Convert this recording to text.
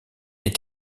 est